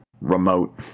remote